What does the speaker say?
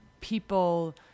people